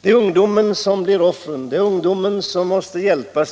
Det är ungdomen som blir offren. Det är ungdomen som måste hjälpas.